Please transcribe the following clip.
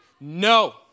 no